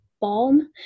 balm